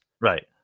right